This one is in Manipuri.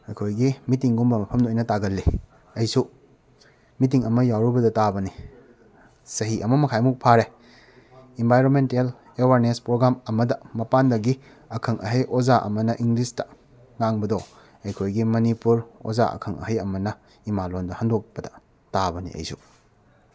ꯑꯩꯈꯣꯏꯒꯤ ꯃꯤꯇꯤꯡꯒꯨꯝꯕ ꯃꯐꯝꯗ ꯑꯣꯏꯅ ꯇꯥꯒꯜꯂꯤ ꯑꯩꯁꯨ ꯃꯤꯇꯤꯡ ꯑꯃ ꯌꯥꯎꯔꯨꯕꯗ ꯇꯥꯕꯅꯤ ꯆꯍꯤ ꯑꯃ ꯃꯈꯥꯏꯃꯨꯛ ꯐꯥꯔꯦ ꯏꯝꯚꯥꯏꯔꯣꯃꯦꯟꯇꯦꯜ ꯑꯦꯋꯥꯔꯅꯦꯁ ꯄ꯭ꯔꯣꯒ꯭ꯔꯥꯝ ꯑꯃꯗ ꯃꯄꯥꯟꯗꯒꯤ ꯑꯈꯪ ꯑꯍꯩ ꯑꯣꯖꯥ ꯑꯃꯅ ꯏꯪꯂꯤꯁꯇ ꯉꯥꯡꯕꯗꯣ ꯑꯩꯈꯣꯏꯒꯤ ꯃꯅꯤꯄꯨꯔ ꯑꯣꯖꯥ ꯑꯈꯪ ꯑꯍꯩ ꯑꯃꯅ ꯏꯃꯥꯂꯣꯟꯗ ꯍꯟꯗꯣꯛꯄꯗ ꯇꯥꯕꯅꯤ ꯑꯩꯁꯨ